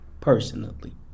personally